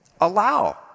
Allow